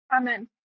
Amen